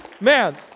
Man